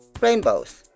Rainbows